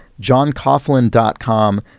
johncoughlin.com